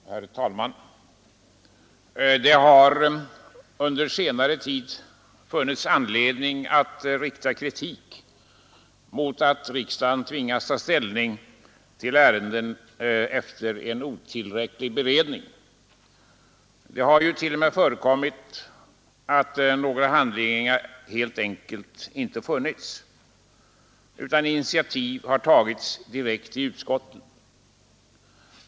Herr talman! Det har under senare tid funnits anledning att rikta kritik mot att riksdagen tvingats ta ställning till ärenden efter en otillräcklig beredning. Det har ju t.o.m. förekommit att några handlingar inte funnits utan initiativ tagits direkt i utskottet.